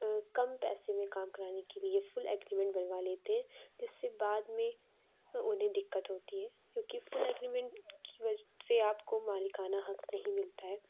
کم پیسے میں کام کرانے کے لیے فل ایگریمنٹ بنوا لیتے ہیں جس سے بعد میں اُنہیں دقت ہوتی ہے کیوں کہ فل ایگریمنٹ کی وجہ سے آپ کو مالکانہ حق نہیں ملتا ہے